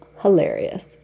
hilarious